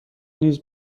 نیز